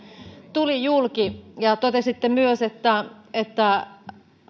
tuli julki totesitte myös että että